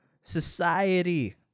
society